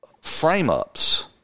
frame-ups